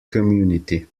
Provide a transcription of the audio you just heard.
community